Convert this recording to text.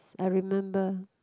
I remember